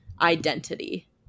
identity